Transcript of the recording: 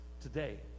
today